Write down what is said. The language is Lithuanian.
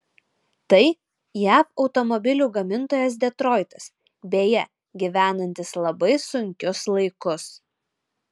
tai jav automobilių gamintojas detroitas beje gyvenantis labai sunkius laikus